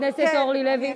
חברת הכנסת אורלי לוי,